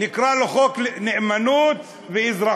נקרא לו חוק נאמנות ואזרחות,